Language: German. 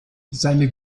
seine